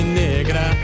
negra